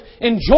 enjoy